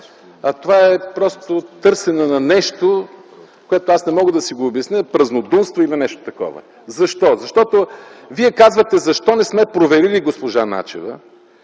е дебат, а просто търсене на нещо, което аз не мога да си обясня, празнодумство или нещо такова. Защо? Вие казвате: защо не сме проверили госпожа Начева,